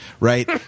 Right